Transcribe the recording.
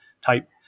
type